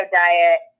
diet